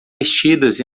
vestidas